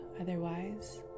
otherwise